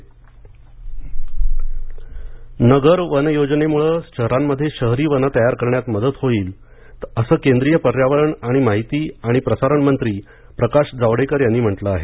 प्रकाश जावडेकर नगर वन योजनेमुळं शहरांमध्ये शहरी वनं तयार करण्यात मदत होईल असं केंद्रीय पर्यावरण आणि माहिती आणि प्रसारण मंत्री प्रकाश जावडेकर यांनी म्हटलं आहे